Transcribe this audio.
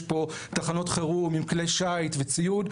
יש פה תחנות חירום עם כלי שיט וציוד,